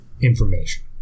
information